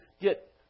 get